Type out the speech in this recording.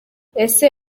ese